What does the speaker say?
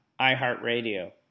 iHeartRadio